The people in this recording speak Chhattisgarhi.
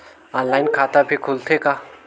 ऑनलाइन खाता भी खुलथे का?